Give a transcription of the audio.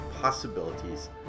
possibilities